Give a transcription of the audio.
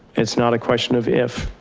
it's not a question of if.